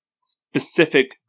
specific